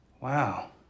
Wow